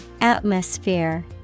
Atmosphere